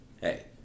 hey